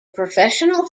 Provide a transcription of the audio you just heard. professional